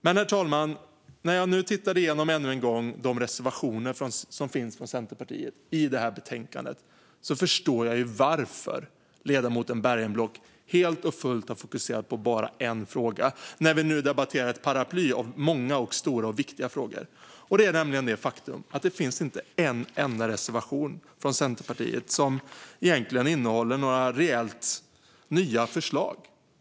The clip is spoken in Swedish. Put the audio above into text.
Men, herr talman, när jag ännu en gång tittade igenom de reservationer från Centerpartiet som finns i betänkandet förstår jag varför ledamoten Bergenblock helt och fullt har fokuserat på bara en fråga när vi debatterar ett paraply av många, stora och viktiga frågor. Det är nämligen det faktum att det inte finns en enda reservation från Centerpartiet som innehåller några reellt nya förslag.